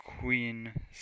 Queen